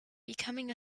becoming